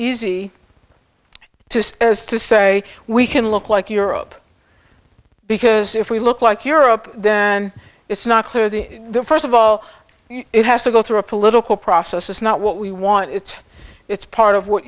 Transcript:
easy to see as to say we can look like europe because if we look like europe then it's not clear the first of all it has to go through a political process is not what we want it's it's part of what